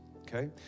Okay